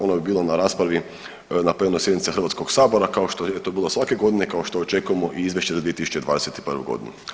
Ono je bilo na raspravi na plenarnoj sjednici Hrvatskog sabora kao što je to bilo svake godine, kao što očekujemo i izvješće za 2021. godinu.